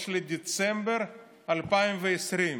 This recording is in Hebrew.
אולי טוב תעשה אם תצא לנבצרות ותתעסק במשפט שלך,